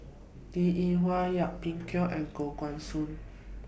Linn in Hua Yip Pin Xiu and Koh Guan Song